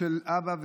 של אבא,